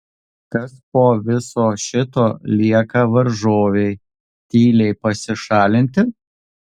kas po viso šito lieka varžovei tyliai pasišalinti